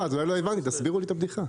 תסבירו לי את הבדיחה.